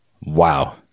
Wow